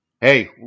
hey